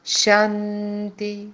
shanti